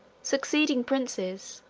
succeeding princes,